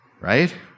right